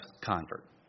convert